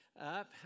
up